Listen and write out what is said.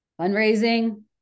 fundraising